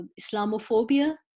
Islamophobia